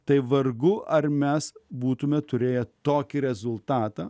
tai vargu ar mes būtumėme turėję tokį rezultatą